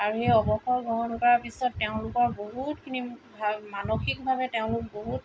আৰু সেই অৱসৰ গ্ৰহণ কৰাৰ পিছত তেওঁলোকৰ বহুতখিনি মানসিকভাৱে তেওঁলোক বহুত